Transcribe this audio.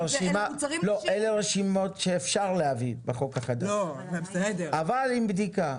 אלה רשימות שאפשר להביא בחוק החדש אבל עם בדיקה.